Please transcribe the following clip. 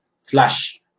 Flash